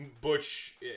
Butch